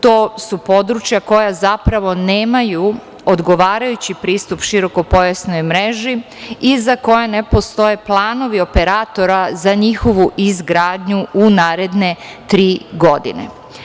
To su područja koja zapravo nemaju odgovarajući pristup širokopojasnoj mreži i za koje ne postoje planovi operatora za njihovu izgradnju u naredne tri godine.